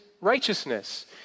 righteousness